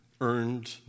earned